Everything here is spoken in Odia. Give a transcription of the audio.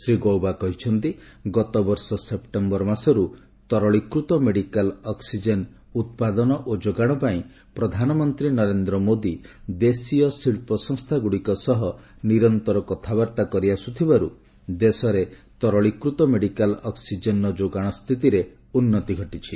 ଶ୍ରୀ ଗୌବା କହିଛନ୍ତିଗତବର୍ଷ ସେପ୍ଟେମ୍ବର ମାସରୁ ତରଳିକୃତ ମେଡିକାଲ ଅକ୍ସିଜେନ ଉତ୍ପାଦନ ଓ ଯୋଗାଣ ପାଇଁ ପ୍ରଧାନମନ୍ତ୍ରୀ ନରେନ୍ଦ୍ର ମୋଦୀ ଦେଶୀୟ ଶିଳ୍ପ ସଂସ୍ଥାଗୁଡ଼ିକ ସହ ନିରନ୍ତର କଥାବାର୍ତ୍ତା କରି ଆସୁଥିବାରୁ ଦେଶରେ ତରଳିକୃତ ମେଡିକାଲ ଅକୁିଜେନର ଯୋଗାଣ ସ୍ଥିତିରେ ଉନ୍ନୀତି ଘଟିଛି